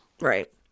Right